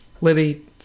Libby